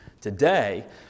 Today